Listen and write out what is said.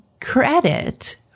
credit